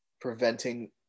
preventing